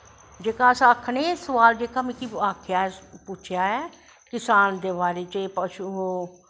जेह्का अस इसी आखनें जेह्का सोआद मिगी आक्खेआ पुच्छेआ ऐ किसान दे बारे च पशु